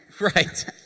Right